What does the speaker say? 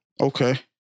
Okay